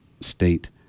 state